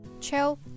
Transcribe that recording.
Chill